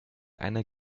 einer